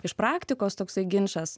iš praktikos toksai ginčas